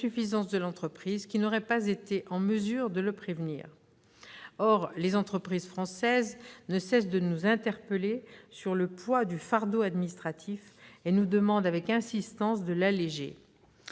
de l'entreprise, qui n'aurait pas été en mesure de le prévenir. Or les entreprises françaises ne cessent d'attirer notre attention sur le poids du fardeau administratif, qu'elles nous demandent avec insistance d'alléger.